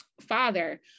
father